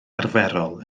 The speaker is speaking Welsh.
arferol